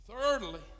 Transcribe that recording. Thirdly